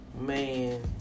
man